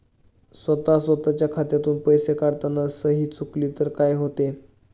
स्वतः स्वतःच्या खात्यातून पैसे काढताना सही चुकली तर काय होते?